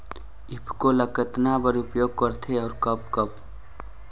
ईफको ल कतना बर उपयोग करथे और कब कब?